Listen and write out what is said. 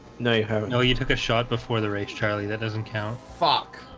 no, you haven't no you took a shot before the race. charlie. that doesn't count. fuck.